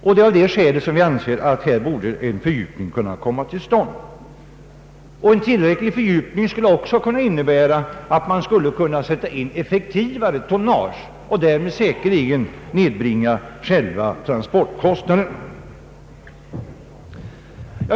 Det är av det skälet vi anser att en fördjupning här borde komma till stånd. En tillräcklig fördjupning skulle också innebära att man kunde sätta in effektivare tonnage och därmed säkerligen nedbringa själva transportkostnaderna.